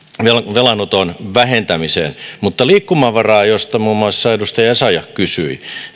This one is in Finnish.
velanoton vähentämiseen mutta liikkumavaraa josta muun muassa edustaja essayah kysyi